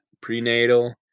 prenatal